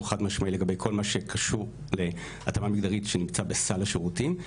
החד משמעי לגבי כל מה שקשור להתאמה מגדרים ושנמצא בסל השירותים.